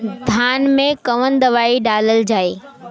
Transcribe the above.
धान मे कवन दवाई डालल जाए?